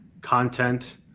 content